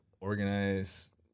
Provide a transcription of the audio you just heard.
organize